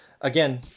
again